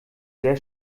sehr